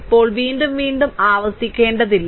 ഇപ്പോൾ വീണ്ടും വീണ്ടും ആവർത്തിക്കേണ്ടതില്ല